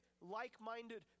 like-minded